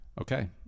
Okay